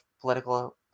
political